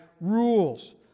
rules